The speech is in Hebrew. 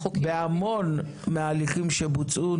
שלום בוקר טוב חברים חברות,